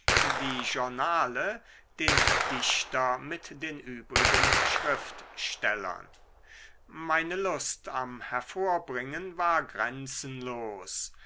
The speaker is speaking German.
die journale den dichter mit den übrigen schriftstellern meine lust am hervorbringen war grenzenlos